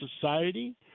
society